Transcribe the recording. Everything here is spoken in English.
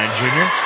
junior